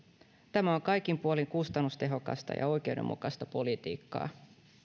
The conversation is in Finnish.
tämä on kaikin puolin kustannustehokasta ja oikeudenmukaista politiikkaa